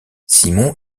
simon